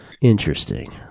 Interesting